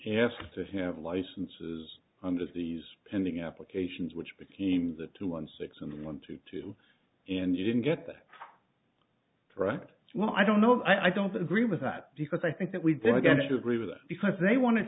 have to have licenses of these pending applications which became the two one six and one to two and you didn't get the right well i don't know i don't agree with that because i think that we did i guess you agree with that because they want